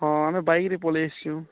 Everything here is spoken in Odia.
ହଁ ଆମେ ବାଇକ୍ରେ ପଲେଇ ଆସ୍ଛୁଁ